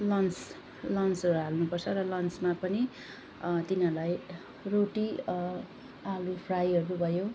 lunch लन्चहरू हाल्नुपर्छ र लन्चमा पनि तिनाहरूलाई रोटी ईलु फ्राइहरू भयो